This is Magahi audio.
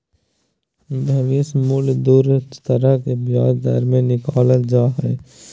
भविष्य मूल्य दू तरह के ब्याज दर से निकालल जा हय